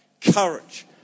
Courage